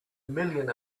million